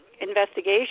investigation